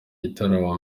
gitaramo